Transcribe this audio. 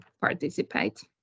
participate